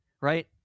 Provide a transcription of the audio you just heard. right